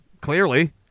clearly